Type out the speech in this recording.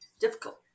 difficult